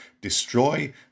destroy